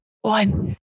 one